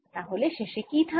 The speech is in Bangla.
তাহলে শেষে কি থাকল